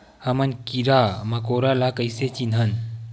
हमन कीरा मकोरा ला कइसे चिन्हन?